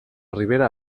ribera